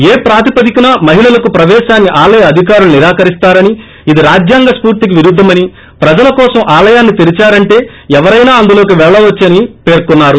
ఏ ప్రాతిపదికన మహిళలకు ప్రపేశాన్ని ఆలయ అధికారులు నిరాకరిస్తారని ఇది రాజ్యాంగ స్పూర్తికి విరుద్దమని ప్రజల కోసం ఆలయాన్ని తెరిచారంటే ఎవరైనా అందులోకి పెళ్లవచ్చని పర్కొన్నారు